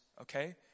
okay